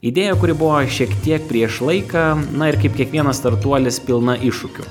idėja kuri buvo šiek tiek prieš laiką na ir kaip kiekvienas startuolis pilna iššūkių